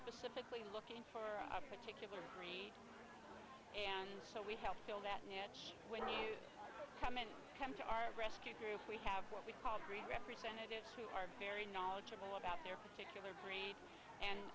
of looking for a particular tree and so we help fill that niche when you come in come to our rescue group we have what we call green representatives who are very knowledgeable about their particular brand and